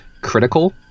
critical